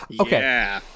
okay